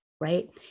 right